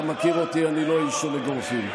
אתה מכיר אותי, אני לא איש של אגרופים.